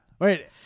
Wait